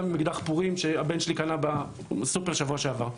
באקדח פורים שהבן שלי קנה בסופר בשבוע שעבר.